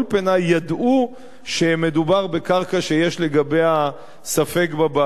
ידעו שמדובר בקרקע שיש לגביה ספק בבעלות.